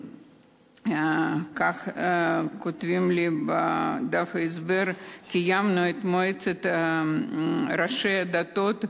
כך כותבים לי בדף ההסבר: קיימנו את מועצת ראשי הדתות,